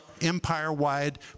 empire-wide